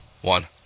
One